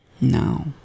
No